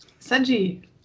Sanji